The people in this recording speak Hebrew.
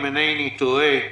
אם אינני טועה,